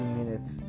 minutes